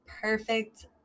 perfect